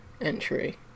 entry